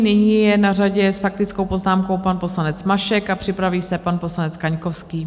Nyní je na řadě s faktickou poznámkou pan poslanec Mašek a připraví se pan poslanec Kaňkovský.